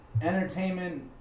entertainment